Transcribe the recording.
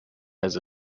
has